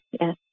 yes